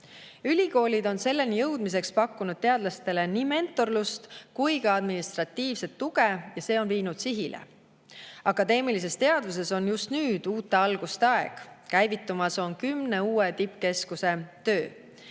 Ülikoolid on selleni jõudmiseks pakkunud teadlastele nii mentorlust kui ka administratiivset tuge ja see on viinud sihile. Akadeemilises teaduses on just nüüd uute alguste aeg. Käivitumas on kümne uue tippkeskuse töö.